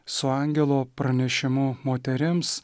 su angelo pranešimu moterims